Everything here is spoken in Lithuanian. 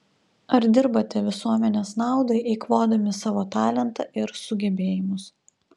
ar dirbate visuomenės naudai eikvodami savo talentą ir sugebėjimus